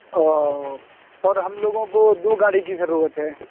اوہ اور ہم لوگوں کو دو گاڑی کی ضرورت ہے